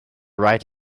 right